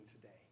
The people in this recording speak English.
today